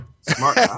Smart